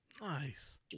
Nice